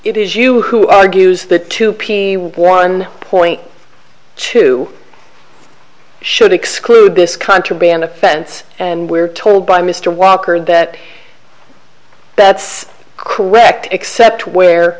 it is you who argues that two p one point two should exclude this contraband offense and we're told by mr walker that that's correct except where